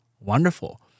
Wonderful